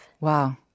Wow